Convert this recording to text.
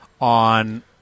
on